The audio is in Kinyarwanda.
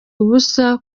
ubusa